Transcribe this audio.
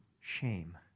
shame